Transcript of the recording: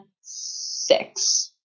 six